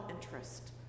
interest